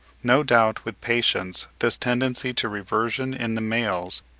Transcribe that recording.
no doubt with patience this tendency to reversion in the males,